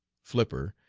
flipper,